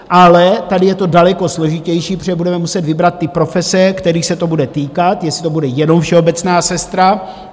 Ale tady je to daleko složitější, protože budeme muset vybrat ty profese, kterých se to bude týkat, jestli to bude jenom všeobecná sestra.